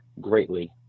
greatly